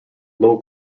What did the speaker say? low